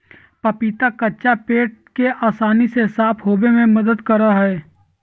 पपीता कच्चा पेट के आसानी से साफ होबे में मदद करा हइ